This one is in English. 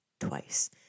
Twice